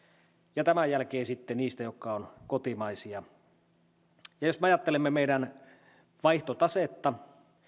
ja tämän jälkeen sitten niistä jotka ovat kotimaisia jos me ajattelemme meidän vaihtotasettamme